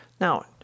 Now